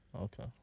Okay